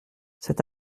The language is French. cet